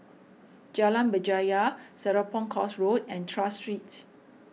Jalan Berjaya Serapong Course Road and Tras Street